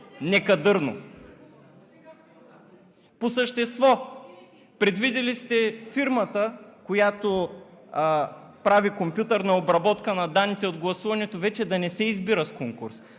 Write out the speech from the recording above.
некадърно. По същество. Предвидили сте фирмата, която прави компютърна обработка на данните от гласуването, вече да не се избира с конкурс,